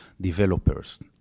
developers